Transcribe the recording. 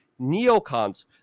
neocons